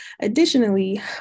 Additionally